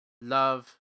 love